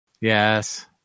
Yes